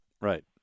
right